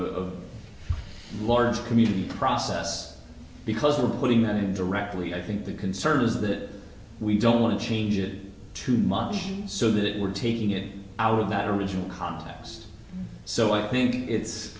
of large community process because we're putting them in directly i think the concern is that we don't want to change it too much so that we're taking it out of that original context so i think it's